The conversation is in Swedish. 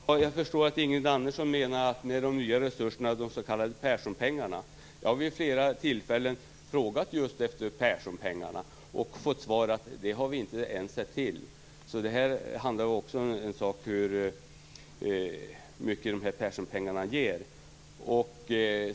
Fru talman! Jag förstår att Ingrid Andersson med de nya resurserna menar de s.k. Perssonpengarna. Jag har vid flera tillfällen frågat efter just Perssonpengarna och fått till svar att de har vi ännu inte sett till. Så det handlar också om hur mycket de här Perssonpengarna ger.